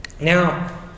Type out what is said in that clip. Now